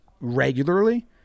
regularly